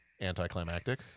anticlimactic